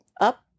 up